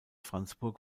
franzburg